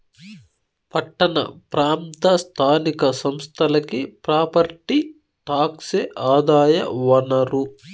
పట్టణ ప్రాంత స్థానిక సంస్థలకి ప్రాపర్టీ టాక్సే ఆదాయ వనరు